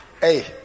Hey